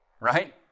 right